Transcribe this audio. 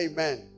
Amen